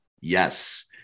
Yes